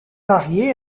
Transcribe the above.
marié